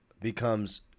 becomes